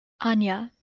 Anya